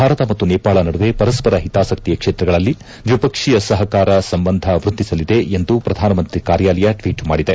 ಭಾರತ ಮತ್ತು ನೇಪಾಳ ನಡುವೆ ಪರಸ್ಸರ ಹಿತಾಸಕ್ತಿಯ ಕ್ಷೇತ್ರಗಳಲ್ಲಿ ದ್ವಿಪಕ್ಷೀಯ ಸಹಕಾರ ಸಂಬಂಧ ವ್ವದ್ದಿಸಲಿದೆ ಎಂದು ಪ್ರಧಾನಮಂತ್ರಿ ಕಾರ್ಯಾಲಯ ಟ್ವೀಟ್ ಮಾದಿದೆ